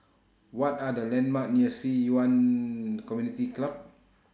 What Are The landmarks near Ci Yuan Community Club